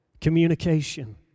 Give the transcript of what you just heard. communication